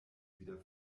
wieder